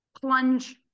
plunge